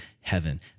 heaven